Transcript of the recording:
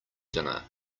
dinner